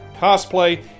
cosplay